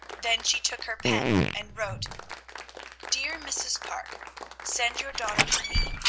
then she took her pen, and wrote dear mrs. parke send your daughter to me.